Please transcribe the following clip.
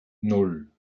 nan